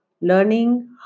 learning